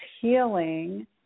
healing